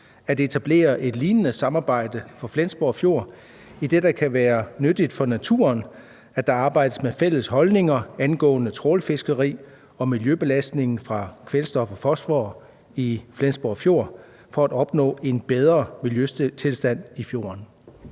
at etablere et lignende samarbejde for Flensborg Fjord, idet det kan være nyttigt for naturen, at der arbejdes med fælles holdninger angående trawlfiskeri og miljøbelastninger fra kvælstof og fosfor i Flensborg Fjord for at opnå en bedre miljøtilstand i fjorden?